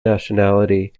nationality